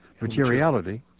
materiality